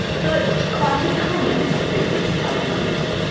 but quite a common experience, i believe.